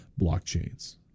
blockchains